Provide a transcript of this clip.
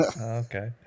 Okay